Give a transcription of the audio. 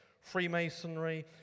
Freemasonry